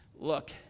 look